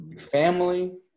family